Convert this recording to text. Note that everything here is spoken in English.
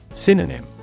Synonym